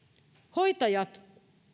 hoitajat